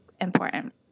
important